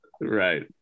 right